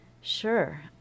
sure